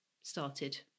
started